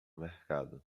mercado